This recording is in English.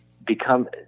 become